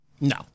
No